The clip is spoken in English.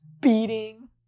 beating